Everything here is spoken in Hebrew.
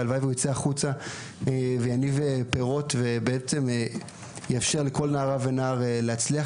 והלוואי והוא יצא החוצה ויניב פירות ויאפשר לכל נערה ונער להצליח.